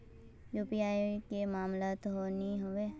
UPI के मतलब की होने?